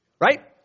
Right